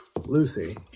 Lucy